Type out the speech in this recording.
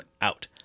out